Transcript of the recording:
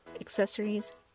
accessories